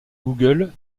google